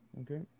Okay